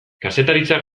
kazetaritza